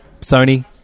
Sony